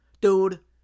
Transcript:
dude